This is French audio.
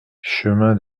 chemin